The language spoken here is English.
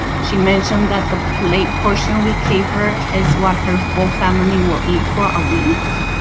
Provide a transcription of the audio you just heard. she mentioned that the plate portion we gave her is what her whole family will eat for a week.